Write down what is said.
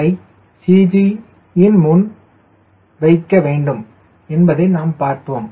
c யை CG யின் முன் வைக்க வேண்டும் என்பதை நாம் பார்ப்போம்